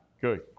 Good